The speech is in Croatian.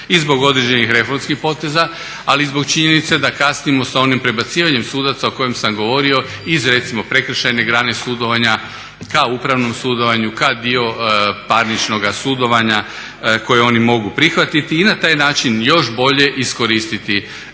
i zbog određenih reformskih poteza ali i zbog činjenice da kasnimo sa onim prebacivanjem sudaca o kojem sam govorio iz recimo prekršajne grane sudovanja ka upravnom sudovanju, ka dio parničnoga sudovanja koje oni mogu prihvatiti i na taj način još bolje iskoristiti naše